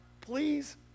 please